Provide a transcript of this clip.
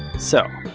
so,